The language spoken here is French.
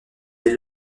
elle